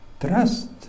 Trust